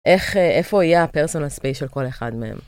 איפה יהיה ה-personal space של כל אחד מהם?